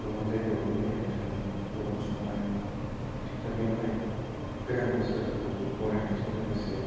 गोबां जायगायावनो बेरायनो थाङो गोबां सुबुङानो दा बेयावहाय गोदान बोसोरखौ बरायनायजों लोगोसे